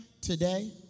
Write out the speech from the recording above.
today